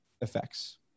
effects